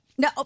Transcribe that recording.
No